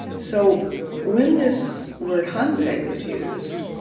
so when this word hansei was used,